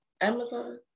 Amazon